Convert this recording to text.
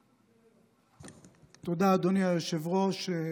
תודה, אדוני היושב-ראש.